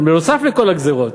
נוסף על כל הגזירות.